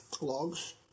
logs